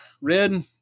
Red